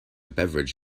beverage